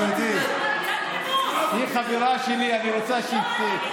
אני עונה על הצעת חוק מאוד חשובה,